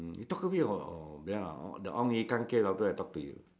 mm you talk to me the hokkien louder I talk to you